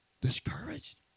Discouraged